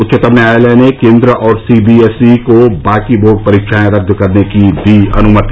उच्चतम न्यायालय ने केंद्र और सीबीएसई को बाकी बोर्ड परीक्षाएं रद्द करने की दी अनुमति